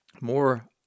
more